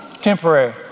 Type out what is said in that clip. Temporary